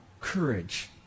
courage